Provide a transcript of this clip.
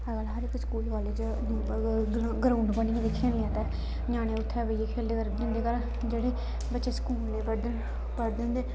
अजकल्ल हर इक स्कूल कालेज च ग्रा ग्राउंड बनी गेदी खेलने आस्तै ञ्याणे उत्थै बेहियै खेलदे जिंदे घर जेह्ड़े बच्चे स्कूलें पढ़दे न पढ़दे होंदे